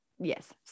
yes